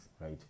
right